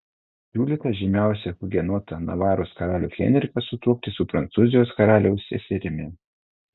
siūlyta žymiausią hugenotą navaros karalių henriką sutuokti su prancūzijos karaliaus seserimi